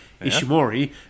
Ishimori